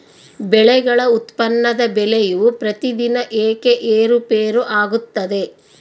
ಬೆಳೆಗಳ ಉತ್ಪನ್ನದ ಬೆಲೆಯು ಪ್ರತಿದಿನ ಏಕೆ ಏರುಪೇರು ಆಗುತ್ತದೆ?